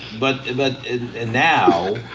but, and now